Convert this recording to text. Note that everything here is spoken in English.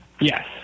Yes